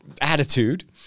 attitude